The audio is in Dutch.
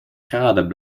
graden